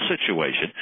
situation